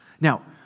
Now